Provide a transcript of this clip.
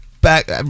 back